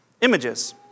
images